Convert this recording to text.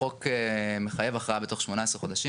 החוק מחייב הכרעה בתוך 18 חודשים.